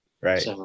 right